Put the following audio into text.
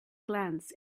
glance